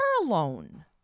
alone